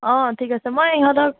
ঠিক আছে মই ইহঁতক